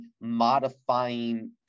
modifying